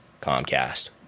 Comcast